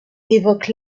évoquent